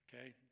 Okay